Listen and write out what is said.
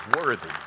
worthy